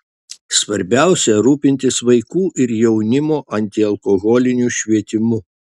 svarbiausia rūpintis vaikų ir jaunimo antialkoholiniu švietimu